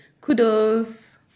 kudos